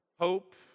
Hope